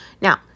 Now